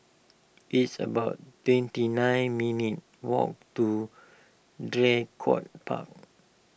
it's about twenty nine minutes' walk to Draycott Park